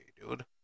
dude